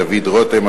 דוד רותם,